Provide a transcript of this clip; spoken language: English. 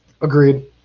Agreed